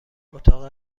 اتاق